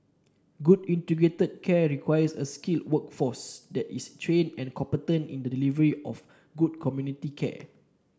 good integrated care requires a skilled workforce that is trained and competent in the delivery of good community care